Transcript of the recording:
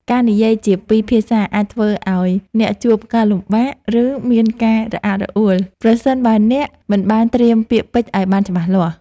ការនិយាយជាពីរភាសាអាចធ្វើឱ្យអ្នកជួបការលំបាក ឬមានការរអាក់រអួលប្រសិនបើអ្នកមិនបានត្រៀមពាក្យពេចន៍ឱ្យបានច្បាស់លាស់។